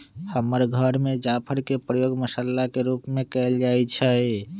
हमर घर में जाफर के प्रयोग मसल्ला के रूप में कएल जाइ छइ